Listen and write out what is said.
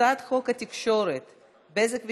הצעת חוק התקשורת (בזק ושידורים)